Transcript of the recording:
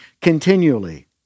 continually